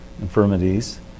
infirmities